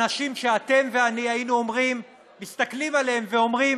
אנשים שאתם ואני היינו מסתכלים עליהם ואומרים: